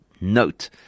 note